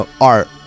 art